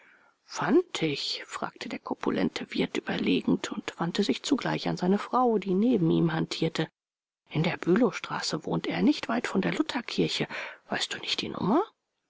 fantig fragte der korpulente wirt überlegend und wandte sich zugleich an seine frau die neben ihm hantierte in der bülowstraße wohnt er nicht weit von der lutherkirche weißt du nicht die nummer